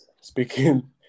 speaking